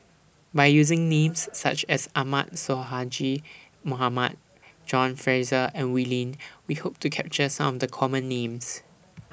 By using Names such as Ahmad Sonhadji Mohamad John Fraser and Wee Lin We Hope to capture Some of The Common Names